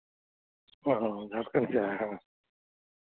हाँ दर्शन के आए हैं